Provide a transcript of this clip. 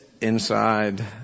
inside